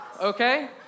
okay